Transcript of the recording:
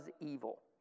evil